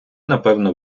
напевно